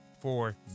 four